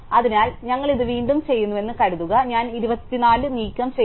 അതിനാൽ ഞങ്ങൾ ഇത് വീണ്ടും ചെയ്യുന്നുവെന്ന് കരുതുക ഞാൻ 24 നീക്കംചെയ്യുന്നു